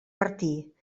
martí